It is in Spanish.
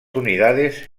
unidades